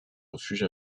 refuge